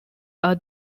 are